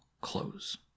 close